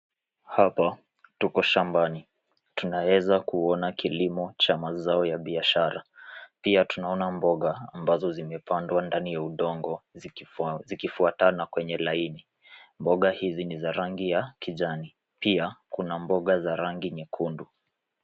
Hapa tuko shambani. Tunaeza kuona kilimo cha mazao ya biashara. Pia tunaona mboga ambazo zimepandwa ndani ya udongo zikifuatana kwenye laini. Mboga hizi ni za rangi ya kijani, pia kuna mboga za rangi nyekundu.